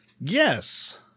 yes